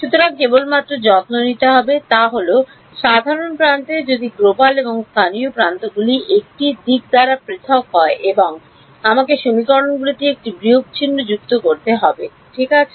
সুতরাং কেবলমাত্র যত্ন নিতে হবে তা হল সাধারণ প্রান্তে যদি গ্লোবাল এবং স্থানীয় প্রান্তগুলি একটি দিক দ্বারা পৃথক হয় এবং আমাকে সমীকরণগুলিতে একটি বিয়োগ চিহ্ন যুক্ত করতে হবে ঠিক আছে